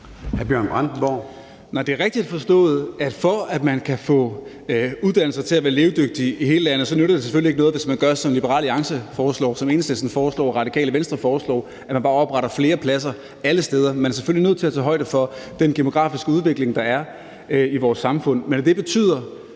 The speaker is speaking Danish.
det er rigtigt forstået, at for at man kan få uddannelser til at være levedygtige i hele landet, nytter det selvfølgelig ikke noget, hvis man gør, som Liberal Alliance foreslår, som Enhedslisten foreslår, som Radikale Venstre foreslår, og bare opretter flere pladser alle steder. Man er selvfølgelig nødt til at tage højde for den geografiske udvikling, der er i vores samfund.